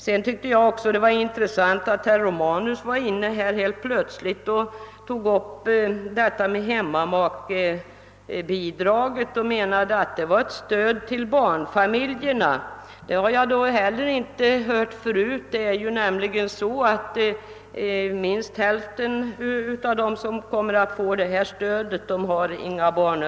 Det var intressant att lyssna till herr Aomanus när han i sitt anförande helt plötsligt tog upp detta med hemmamakebidraget och menade att det var ett stöd till barnfamiljerna. Det har jag heller inte hört förut. Minst hälften av dem som kommer att få detta stöd har inga barn.